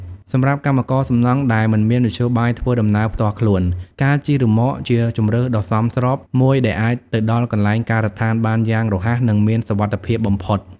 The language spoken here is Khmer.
សម្រាប់កម្មករសំណង់ដែលមិនមានមធ្យោបាយធ្វើដំណើរផ្ទាល់ខ្លួន ការជិះរ៉ឺម៉កជាជម្រើសដ៏សមស្របមួយដែលអាចទៅដល់កន្លែងការដ្ឋានបានយ៉ាងរហ័សនិងមានសុវត្ថិភាពបំផុត។